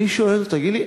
אני שואל אותו: תגיד לי,